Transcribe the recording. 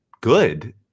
good